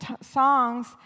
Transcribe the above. songs